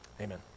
Amen